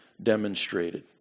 demonstrated